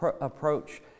approach